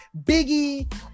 Biggie